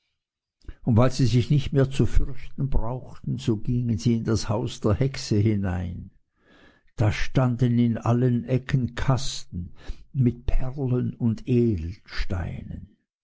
und weil sie sich nicht mehr zu fürchten brauchten so gingen sie in das haus der hexe hinein da standen in allen ecken kasten mit perlen und edelsteinen